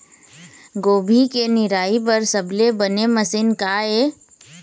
गोभी के निराई बर सबले बने मशीन का ये?